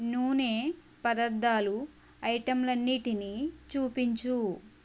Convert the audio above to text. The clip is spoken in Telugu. నూనె పదార్థాలు ఐటెంలన్నిటినీ చూపించు